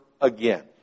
again